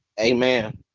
amen